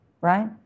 right